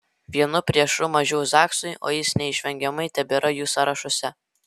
vienu priešu mažiau zaksui o jis neišvengiamai tebėra jų sąrašuose